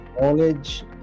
knowledge